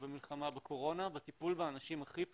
במלחמה בקורונה בטיפול באנשים הכי פגיעים,